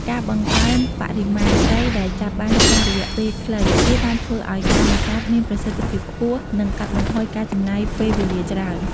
ការបង្កើនបរិមាណត្រីដែលចាប់បានក្នុងរយៈពេលខ្លី វាបានធ្វើឱ្យការនេសាទមានប្រសិទ្ធភាពខ្ពស់ និងកាត់បន្ថយការចំណាយពេលវេលាច្រើន។